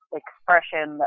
expression